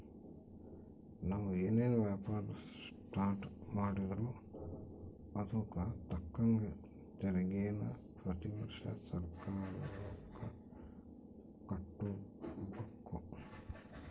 ನಾವು ಏನನ ವ್ಯಾಪಾರ ಸ್ಟಾರ್ಟ್ ಮಾಡಿದ್ರೂ ಅದುಕ್ ತಕ್ಕಂಗ ತೆರಿಗೇನ ಪ್ರತಿ ವರ್ಷ ಸರ್ಕಾರುಕ್ಕ ಕಟ್ಟುಬಕು